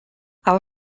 our